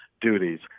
duties